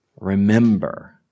remember